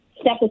Step